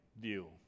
view